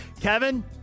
Kevin